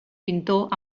pintor